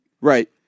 Right